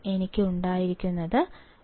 എനിക്ക് ഉണ്ടായിരുന്നു 2